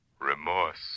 remorse